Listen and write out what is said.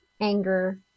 anger